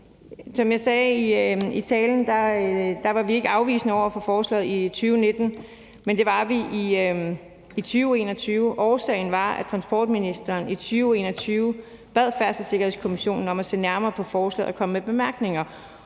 Som jeg sagde i talen, var vi ikke afvisende over for forslaget i 2019, men det var vi i 2021. Årsagen var, at transportministeren i 2021 bad Færdselssikkerhedskommissionen om at se nærmere på forslaget og komme med bemærkninger